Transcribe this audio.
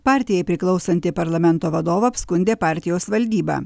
partijai priklausantį parlamento vadovą apskundė partijos valdyba